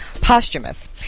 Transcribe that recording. Posthumous